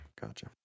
Gotcha